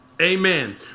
Amen